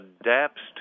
adapts